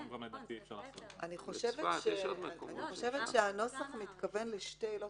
היום גם לדעתי -- אני חושבת שהנוסח מתכוון לשתי עילות.